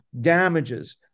damages